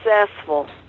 successful